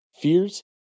fears